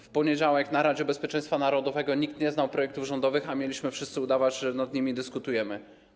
W poniedziałek na spotkaniu Rady Bezpieczeństwa Narodowego nikt nie znał projektów rządowych, a mieliśmy wszyscy udawać, że nad nimi dyskutujemy.